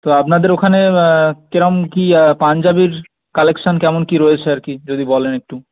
তো আপনাদের ওখানে কীরম কী পাঞ্জাবির কালেকশন কেমন কী রয়েছে আর কি যদি বলেন একটু